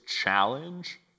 challenge